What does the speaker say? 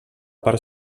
part